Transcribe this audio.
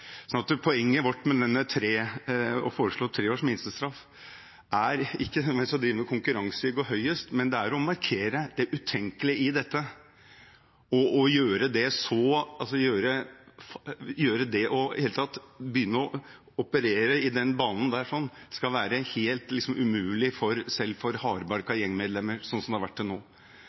poenget vårt med å foreslå tre års minstestraff er ikke nødvendigvis å drive noen konkurranse i å gå høyest, men det er å markere det utenkelige i dette og at i det hele tatt å begynne å operere i den banen, skal være helt umulig selv for hardbarkede gjengmedlemmer, sånn som det har vært til nå.